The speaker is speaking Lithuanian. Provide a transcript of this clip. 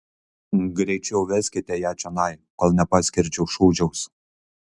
greičiau veskite ją čionai kol nepaskerdžiau šūdžiaus